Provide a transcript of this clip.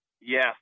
Yes